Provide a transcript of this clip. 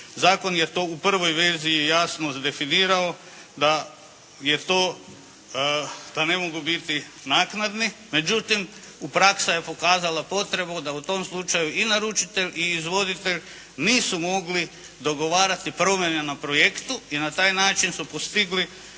Zakon je to u prvoj vezi jasno definirao da je to, da ne mogu biti naknadni, međutim, praksa je pokazala potrebu da u tom slučaju i naručitelj i izvoditelj nisu mogli dogovarati promjene na projektu i na taj način su postigli